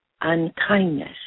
unkindness